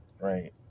Right